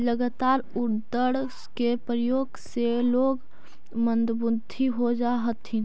लगातार उड़द के प्रयोग से लोग मंदबुद्धि हो जा हथिन